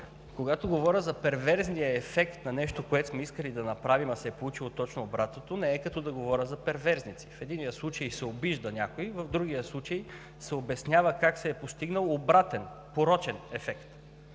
когато говоря за перверзния ефект на нещо, което сме искали да направим, а се е получило точно обратното, не е като да говоря за перверзници. В единия случай се обижда някой, а в другия случай се обяснява как се е постигнало обратен, порочен ефект.